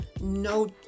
no